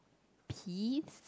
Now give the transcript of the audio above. peas